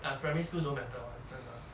ah primary school don't matter [one] 真的